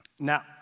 Now